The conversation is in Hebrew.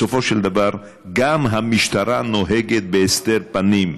בסופו של דבר גם המשטרה נוהגת בהסתר פנים,